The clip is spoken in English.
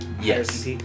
Yes